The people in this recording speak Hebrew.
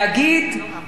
שלום עלי נפשי,